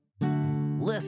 listen